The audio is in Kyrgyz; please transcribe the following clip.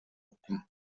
уктум